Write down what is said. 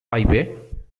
highway